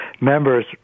Members